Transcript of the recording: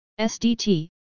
SDT